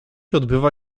odbywa